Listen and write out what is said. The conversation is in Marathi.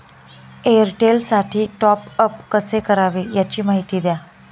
एअरटेलसाठी टॉपअप कसे करावे? याची माहिती द्या